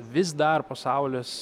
vis dar pasaulis